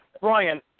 Brian